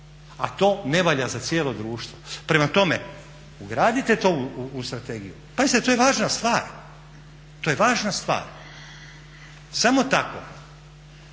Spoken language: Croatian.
a to ne valja za cijelo društvo. Prema tome, ugradite to u strategije. Pazite to je važna stvar, to je važna stvar. Samo tako